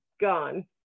gone